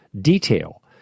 detail